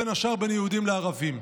בין השאר בין יהודים לערבים.